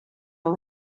not